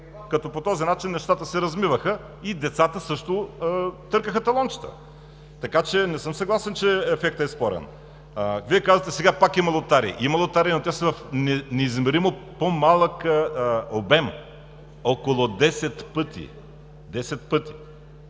като по този начин нещата се размиваха и децата също търкаха талончета, така че не съм съгласен, че ефектът е спорен. Вие казвате: сега пак има лотарии. Има лотарии, но те са в неизмеримо по-малък обем – около десет пъти.